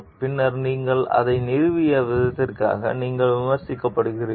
பின்னர் நீங்கள் அதை நிறுவிய விதத்திற்காக நீங்கள் விமர்சிக்கப்படுகிறீர்கள்